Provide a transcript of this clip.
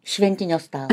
šventinio stalo